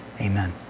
Amen